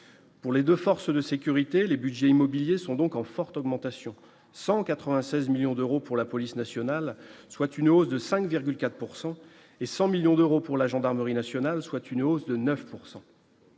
Pour les 2 forces de sécurité, les Budgets immobiliers sont donc en forte augmentation 196 millions d'euros pour la police nationale, soit une hausse de 5,4 pourcent et 100 millions d'euros pour la gendarmerie nationale, soit une hausse de 9